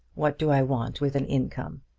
what do i want with an income?